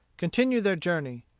continued their journey.